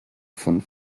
von